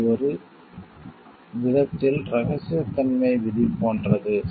இது ஒரு விதத்தில் ரகசியத்தன்மை விதி போன்றது